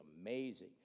amazing